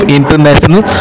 international